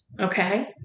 Okay